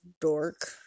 dork